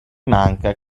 manca